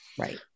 Right